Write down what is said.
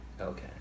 Okay